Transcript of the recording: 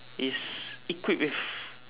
is equipped with